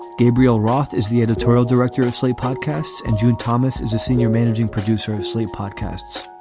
gabriel roth is the editorial director of slate podcasts and june thomas is a senior managing producer of sleep podcasts.